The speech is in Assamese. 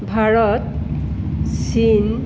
ভাৰত চীন